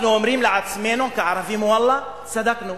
אנחנו אומרים לעצמנו, כערבים: ואללה, צדקנו.